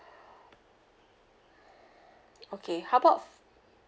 okay how about